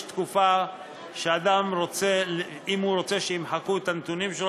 יש תקופה שאם אדם רוצה שימחקו את הנתונים שלו,